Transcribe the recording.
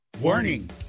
warning